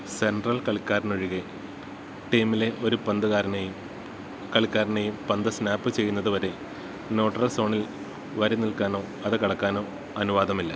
central കളിക്കാരനൊഴികെ ടീമിലെ ഒരു പന്തുകാരനെയും കളിക്കാരനെയും പന്ത് സ്നാപ്പ് ചെയ്യുന്നതുവരെ ന്യൂട്രൽ സോണിൽ വരി നിൽക്കാനോ അത് കടക്കാനോ അനുവാദമില്ല